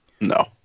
No